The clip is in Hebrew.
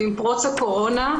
עם פרוץ הקורונה,